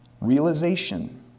Realization